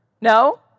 No